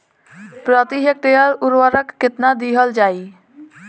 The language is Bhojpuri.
प्रति हेक्टेयर उर्वरक केतना दिहल जाई?